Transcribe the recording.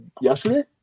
Yesterday